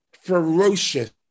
ferocious